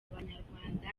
abanyarwanda